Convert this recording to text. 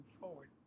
forward